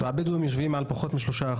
הבדואים יושבים על פחות מ-3%.